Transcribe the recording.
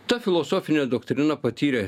ta filosofinė doktrina patyrė